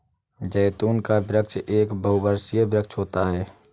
जैतून का वृक्ष एक बहुवर्षीय वृक्ष होता है